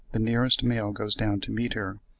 the nearest male goes down to meet her,